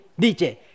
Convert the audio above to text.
DJ